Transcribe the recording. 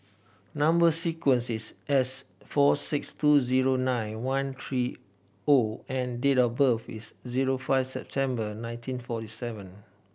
number sequence is S four six two zero nine one three O and date of birth is zero five September nineteen forty seven